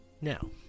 Now